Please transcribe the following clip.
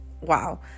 wow